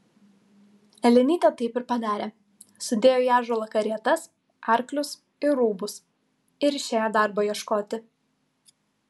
elenytė taip ir padarė sudėjo į ąžuolą karietas arklius ir rūbus ir išėjo darbo ieškoti